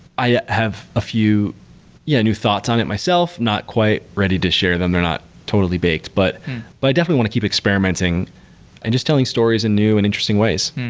i have a few yeah new thoughts on it myself. not quite ready to share them. they're not totally baked, but but i definitely want to keep experimenting and just telling stories in new and interesting ways.